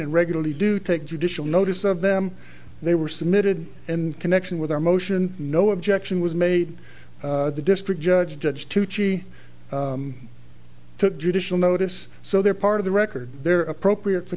and regularly do take judicial notice of them they were submitted in connection with their motion no objection was made the district judge judge tucci took judicial notice so they're part of the record they're appropriate for